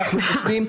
אנחנו כותבים,